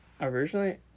originally